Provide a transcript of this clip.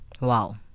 Wow